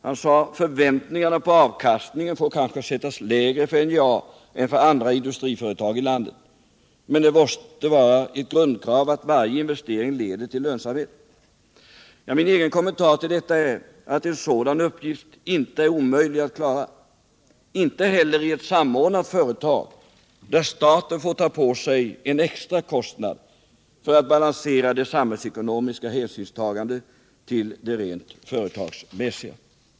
Han sade att förväntningarna på avkastningen får kanske sättas lägre för NJA än för andra industriföretag i landet, men det måste vara ett grundkrav att varje investering leder till lönsamhet. Min egen kommentar till detta är att en sådan uppgift inte är omöjlig att klara, inte heller i ett samordnat företag där staten får ta på sig en extra kostnad för att balansera de samhällsekonomiska hänsynen mot de rent företagsmässiga.